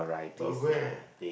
but where